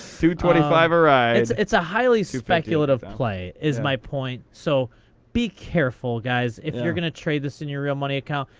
twenty five a ride. it's a highly speculative play is my point. so be careful, guys, if you're going to trade this in your real money account.